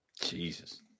Jesus